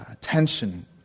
tension